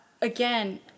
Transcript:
again